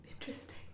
Interesting